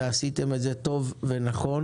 ועשיתם את זה טוב ונכון,